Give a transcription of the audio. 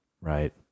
Right